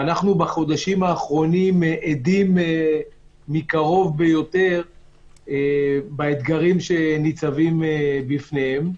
אנחנו בחודשים האחרונים עדים מקרוב ביותר לאתגרים שניצבים בפניהם.